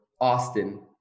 Austin